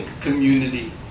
community